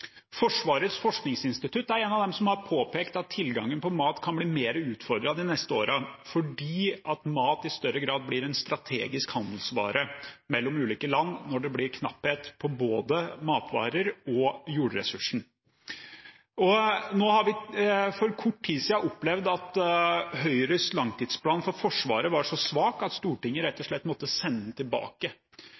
Forsvarets forskningsinstitutt er en av dem som har påpekt at tilgangen på mat kan bli mer utfordret de neste årene fordi mat i større grad blir en strategisk handelsvare mellom ulike land når det blir knapphet på både matvarer og jordressurser. Vi har for kort tid siden opplevd at Høyres langtidsplan for Forsvaret var så svak at Stortinget rett og slett måtte sende den tilbake.